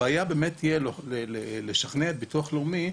הבעיה באמת תהיה לשכנע את ביטוח לאומי,